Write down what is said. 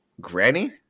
Granny